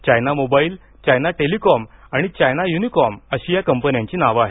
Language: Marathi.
चायना मोबाईल चायना टेलिकॉम आणि चायना युनिकॉम अशी या कंपन्यांनी नावं आहेत